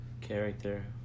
Character